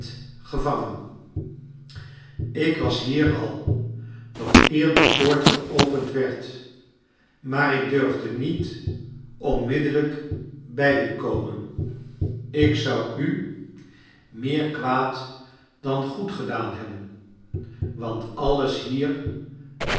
ik was hier al nog eer de poort geopend werd maar ik durfde niet oniniddellijk bij u komen ik zou u meer kwaad dan goed gedaan hebben want alles hier